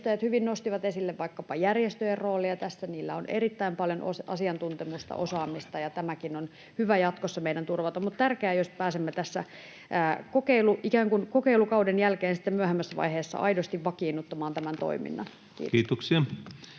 hyvin nostivat esille vaikkapa järjestöjen roolia tässä. Niillä on erittäin paljon asiantuntemusta, osaamista, ja tämäkin on hyvä jatkossa meidän turvata. On tärkeää, jos pääsemme tässä ikään kuin kokeilukauden jälkeen, sitten myöhemmässä vaiheessa, aidosti vakiinnuttamaan tämän toiminnan. — Kiitos.